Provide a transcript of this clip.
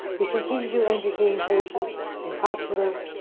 we continue to entertain patients in hospitals,